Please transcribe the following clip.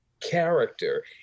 character